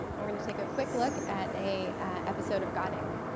we're going to take a quick look at a episode of god, inc.